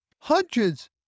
hundreds